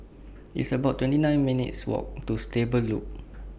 It's about twenty nine minutes' Walk to Stable Loop